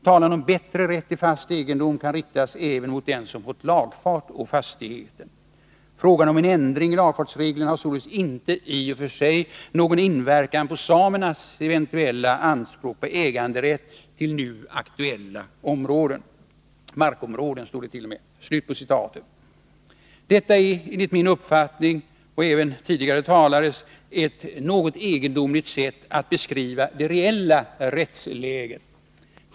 Talan om bättre rätt till fast egendom kan riktas även mot den som fått lagfart på fastigheten. Frågan om en ändring i lagfartsreglerna har således inte i och för sig någon inverkan på samernas eventuella anspråk på äganderätt till nu aktuella markområden.” Detta är enligt min uppfattning och även föregående talares ett något egendomligt sätt att beskriva det reella rättsläget.